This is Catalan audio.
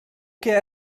què